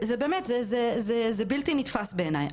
זה בלתי נתפס בעיניי.